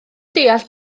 deall